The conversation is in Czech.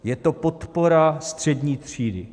Je to podpora střední třídy.